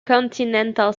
continental